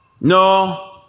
No